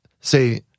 say